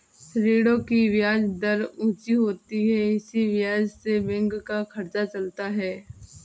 ऋणों की ब्याज दर ऊंची होती है इसी ब्याज से बैंक का खर्चा चलता है